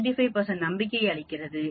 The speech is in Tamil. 5 என்பது 5 அதாவது 95 நம்பிக்கையை அளிக்கிறது